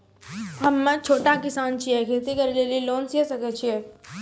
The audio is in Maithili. हम्मे छोटा किसान छियै, खेती करे लेली लोन लिये सकय छियै?